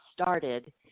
started